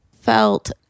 felt